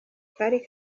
kari